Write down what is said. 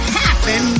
happen